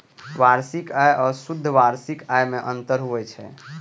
वार्षिक आय आ शुद्ध वार्षिक आय मे अंतर होइ छै